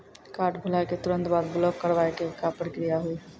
Card भुलाए के तुरंत बाद ब्लॉक करवाए के का प्रक्रिया हुई?